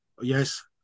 Yes